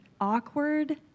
awkward